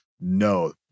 no